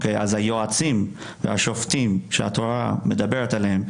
אז היועצים והשופטים שהתורה מדברת עליהם,